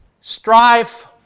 Strife